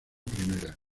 primera